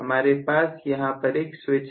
हमारे पास यहां पर एक स्विच है